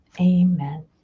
Amen